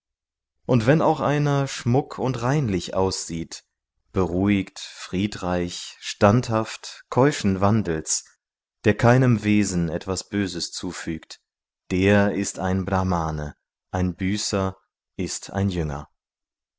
und wenn auch einer schmuck und reinlich aussieht beruhigt friedreich standhaft keuschen wandels der keinem wesen etwas böses zufügt der ist ein brhmane ein büßer ist ein jünger